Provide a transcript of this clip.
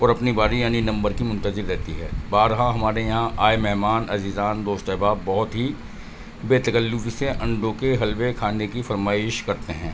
اور اپنی باری یعنی نمبر کی منتظر رہتی ہے بارہا ہمارے یہاں آئے مہمان عزیزان دوست و احباب بہت ہی بے تکلفی سے انڈوں کے حلوے کھانے کی فرمائش کرتے ہیں